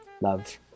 Love